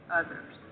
others